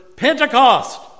Pentecost